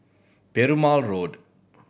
Perumal Road